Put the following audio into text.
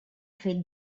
fet